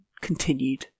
continued